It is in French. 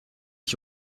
qui